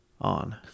on